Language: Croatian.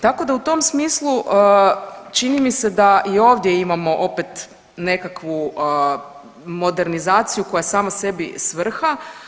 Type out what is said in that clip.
Tako da u tom smislu čini mi se da i ovdje imamo opet nekakvu modernizaciju koja je sama sebi svrha.